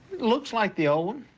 looks like the old